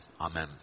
Amen